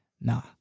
Nah